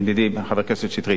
ידידי חבר הכנסת שטרית,